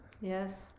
Yes